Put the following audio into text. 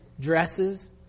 dresses